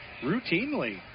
routinely